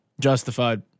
Justified